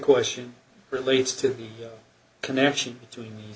question relates to the connection between